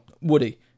Woody